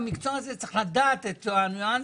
צריך לדעת את הניואנסים.